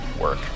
work